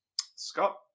Scott